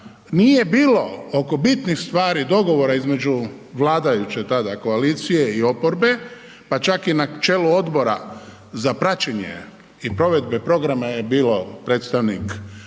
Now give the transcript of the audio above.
nije bilo oko bitnih stvari dogovora između vladajuće tada koalicije i oporbe, pa čak i na čelu odbora za praćenje i provedbe programa je bio predstavnik